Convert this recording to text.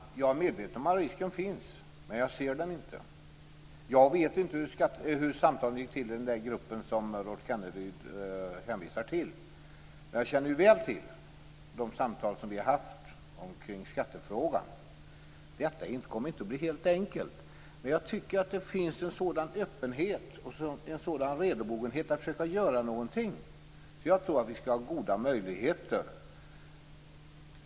Fru talman! Jag är medveten om att risken finns, men jag ser den inte. Jag vet inte hur samtalen gick till i den grupp som Rolf Kenneryd hänvisar till. Men jag känner ju väl till de samtal som vi har haft kring skattefrågan. Detta kommer inte att bli helt enkelt, men jag tycker att det finns en sådan öppenhet och redobogenhet att försöka göra någonting att jag tror att vi skall ha goda möjligheter.